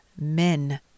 men